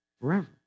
forever